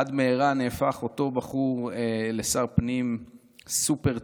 עד מהרה נהפך אותו בחור לשר פנים סופר-צעיר,